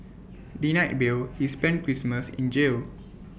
denied bail he spent Christmas in jail